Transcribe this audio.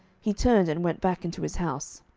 he turned and went back unto his house.